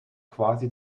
quasi